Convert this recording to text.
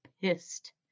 pissed